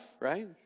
right